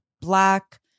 black